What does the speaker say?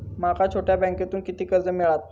माका छोट्या बँकेतून किती कर्ज मिळात?